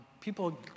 People